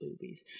boobies